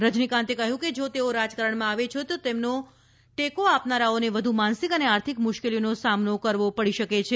રજનીકાંતે કહ્યું કે જો તેઓ રાજકારણમાં આવે છે તો તેમનો ટેકો આપનારાઓને વધુ માનસિક અને આર્થિક મુશ્કેલીઓનો સામનો કરવો પડી શકે છે